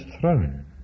throne